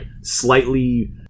slightly –